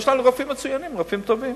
יש לנו רופאים מצוינים, רופאים טובים.